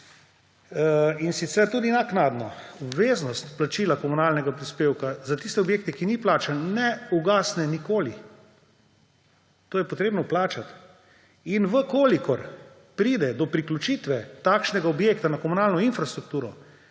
in sicer tudi naknadno. Obveznost plačila komunalnega prispevka za tiste objekte, kjer ni plačano, ne ugasne nikoli. To je treba plačati. In če pride do priključitve takšnega objekta na komunalno infrastrukturo,